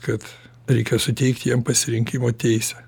kad reikia suteikti jiem pasirinkimo teisę